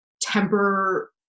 temper